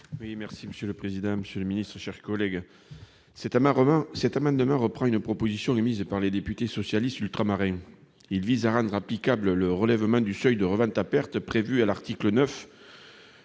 parole est à M. Henri Cabanel. Cet amendement reprend une proposition émise par les députés socialistes ultramarins. Il vise à rendre applicable le relèvement du seuil de revente à perte prévu à l'article 9